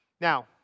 Now